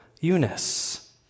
Eunice